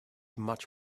much